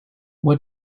what